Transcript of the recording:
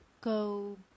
go